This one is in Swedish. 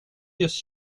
just